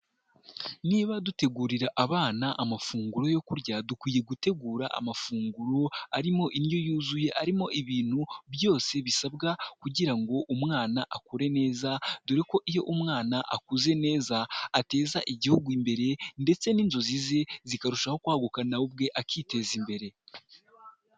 Niba dutegurira abana amafunguro yo kurya, dukwiye gutegura amafunguro arimo indyo yuzuye, arimo ibintu byose bisabwa kugira ngo umwana akure neza, dore ko iyo umwana akuze neza, ateza igihugu imbere ndetse n'inzozi ze zikarushaho kwaguka na we ubwe akiteza imbere.